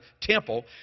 temple